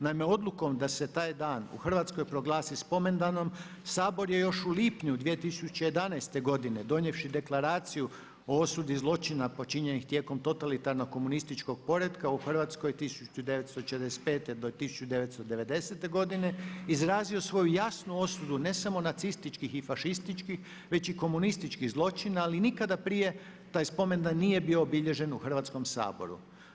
Naime, odlukom da se taj dan u Hrvatskoj proglasi spomendanom Sabor je loš u lipnju 2011. godine donijevši Deklaraciju o osudi zločina počinjenih tijekom totalitarno komunističkog poretka u Hrvatskoj 1945. do 1990. godine izrazio svoju jasnu osudu ne samo nacističkih i fašističkih već i komunističkih zločina, ali nikada prije taj spomendan nije bio obilježen u Hrvatskom saboru.